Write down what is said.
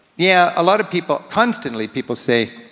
yeah a lot of people, constantly people say,